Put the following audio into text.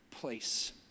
place